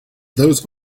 those